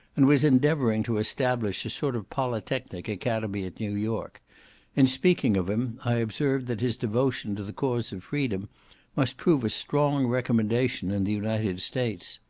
and was endeavouring to establish a sort of polytechnic academy at new york in speaking of him, i observed, that his devotion to the cause of freedom must prove a strong recommendation in the united states.